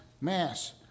mass